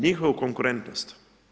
Njihovu konkurentnost.